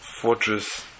fortress